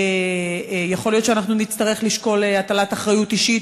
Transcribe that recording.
יכול להיות שאנחנו נצטרך לשקול הטלת אחריות אישית